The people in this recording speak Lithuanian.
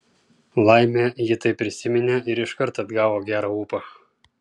laimė ji tai prisiminė ir iškart atgavo gerą ūpą